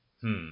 Hmm